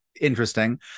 interesting